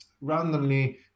randomly